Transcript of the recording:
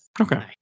okay